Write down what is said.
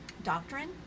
doctrine